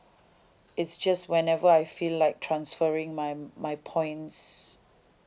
it's just whenever I feel like transferring my my points